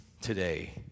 today